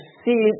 see